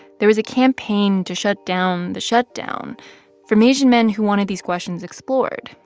there was a campaign to shut down the shutdown from asian men who wanted these questions explored.